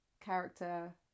character